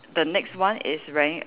the next one is wearing